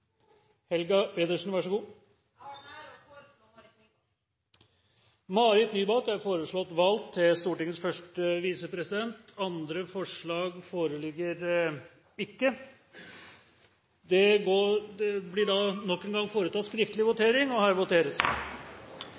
Marit Nybakk. Marit Nybakk er foreslått valgt til Stortingets første visepresident. Andre forslag foreligger ikke. Det foretas skriftlig avstemning. Valget hadde dette resultat: Det